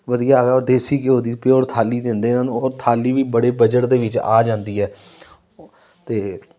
ਵਧੀਆ ਹੈਗਾ ਔਰ ਦੇਸੀ ਘਿਓ ਦੀ ਪਿਓਰ ਥਾਲੀ ਦਿੰਦੇ ਹਨ ਔਰ ਥਾਲੀ ਵੀ ਬੜੇ ਬਜਟ ਦੇ ਵਿੱਚ ਆ ਜਾਂਦੀ ਹੈ ਤੇ